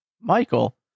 Michael